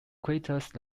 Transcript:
craters